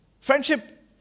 Friendship